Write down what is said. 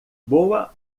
boa